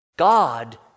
God